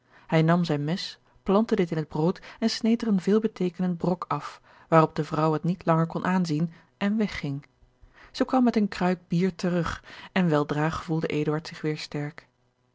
hij nam zijn mes plantte dit in het brood en sneed er een veelbeteekenend brok af waarop de vrouw het niet langer kon aanzien en wegging zij kwam met eene kruik bier terug en weldra gevoelde eduard zich weêr sterk